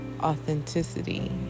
authenticity